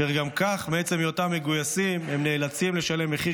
כאשר גם כך מעצם היותם מגויסים הם נאלצים לשלם מחיר